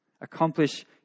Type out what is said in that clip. accomplish